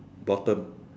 bottom